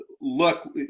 look